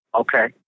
Okay